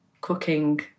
cooking